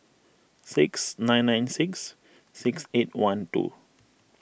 six nine nine six six eight one two